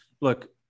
look